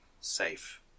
safe